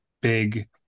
big